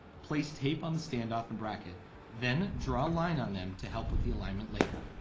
place tape on the standoff and bracket then draw a line on them to help with the alignment later.